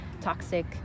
toxic